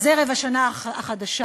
אז ערב השנה החדשה,